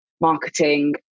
marketing